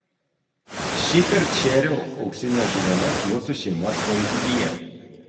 šįkart šėriau auksines žuveles mūsų šeimos tvenkinyje